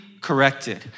corrected